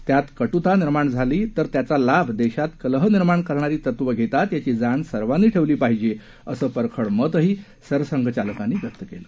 त्यात कटुता निर्माण झाल्यास त्याचा लाभ देशात कलह निर्माण करणारी तत्व घेतात याची जाण सर्वांनी ठेवली पाहिजे असं परखड मतही सरसंघचालकांनी व्यक्त केलं